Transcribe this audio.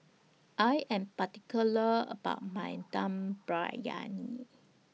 I Am particular about My Dum Briyani